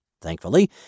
Thankfully